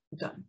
done